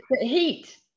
heat